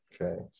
Okay